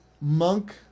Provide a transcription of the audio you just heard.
monk